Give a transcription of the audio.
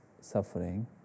suffering